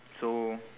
so